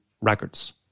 records